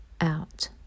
out